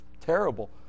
terrible